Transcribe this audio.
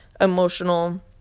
emotional